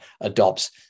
adopts